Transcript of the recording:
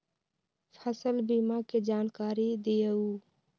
फसल बीमा के जानकारी दिअऊ?